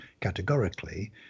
categorically